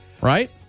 Right